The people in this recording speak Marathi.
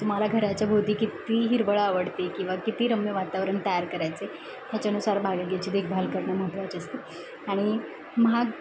तुम्हाला घराच्या भोवती किती हिरवळ आवडते किंवा किती रम्य वातावरण तयार करायचं आहे ह्याच्यानुसार बागेची देखभाल करणं महत्त्वाचे असते आणि महाग